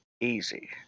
easy